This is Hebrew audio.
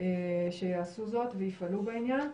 שיעשו זאת ויפעלו בעניין.